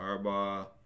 Harbaugh